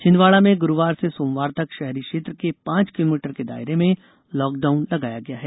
छिंदवाड़ा में गुरुवार से सोमवार तक शहरी क्षेत्र के पांच किलोमीटर के दायरे में लॉकडाउन लगाया गया है